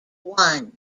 one